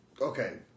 Okay